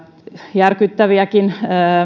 järkyttäviäkin